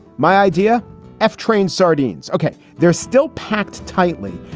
my idea f train sardines. ok, they're still packed tightly,